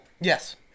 Yes